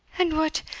and what!